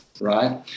right